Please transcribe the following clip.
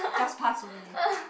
just pass only